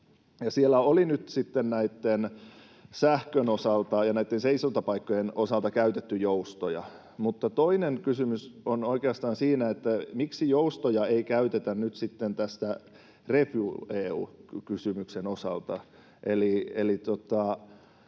siellä oli nyt sitten sähkön osalta ja seisontapaikkojen osalta käytetty joustoja. Mutta toinen kysymys on oikeastaan siinä, miksi joustoja ei käytetä nyt sitten ReFuel EU -kysymyksen osalta: